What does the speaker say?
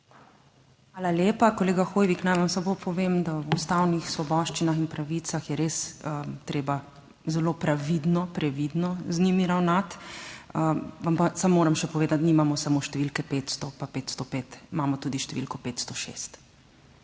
Hvala lepa. Kolega Hoivik, naj vam samo povem, da v ustavnih svoboščinah in pravicah je res treba zelo previdno, previdno z njimi ravnati. Moram še povedati, da nimamo samo številke 500, pa 505, imamo tudi številko 506